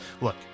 Look